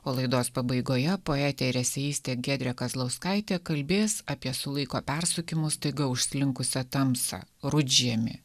o laidos pabaigoje poetė ir eseistė giedrė kazlauskaitė kalbės apie su laiko persukimu staiga užslinkusią tamsą rudžiemį